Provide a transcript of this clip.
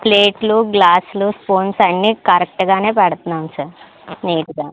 ప్లేట్లు గ్లాసులు స్పూన్స్ అన్ని కరెక్ట్గానే పెడుతున్నాం సార్ నీటుగా